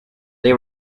they